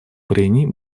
прений